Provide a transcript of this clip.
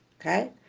Okay